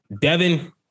devin